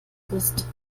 ist